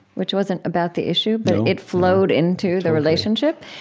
which wasn't about the issue, but it flowed into the relationship,